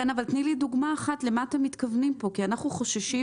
תני לי דוגמה אחת למה אתם מתכוונים כאן כי אנחנו חוששים